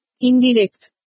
Indirect